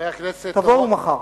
תבואו מחר.